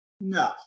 No